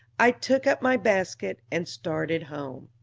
i took up my basket and started home.